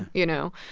you know?